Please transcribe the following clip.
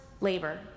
labor